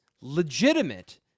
legitimate